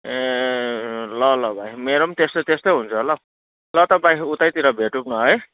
ए ल ल भाइ मेरो पनि त्यस्तै त्यस्तै हुन्छ होला हौ ल त भाइ उतैतिर भेटौँ है